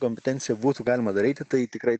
kompetenciją būtų galima daryti tai tikrai